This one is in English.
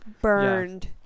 Burned